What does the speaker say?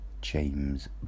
James